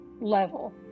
level